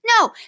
No